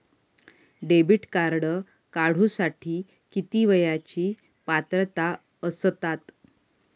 Debit card काढूसाठी किती वयाची पात्रता असतात?